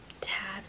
tabs